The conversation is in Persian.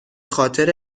خاطر